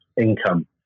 income